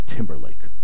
Timberlake